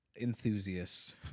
enthusiasts